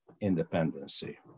independency